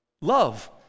love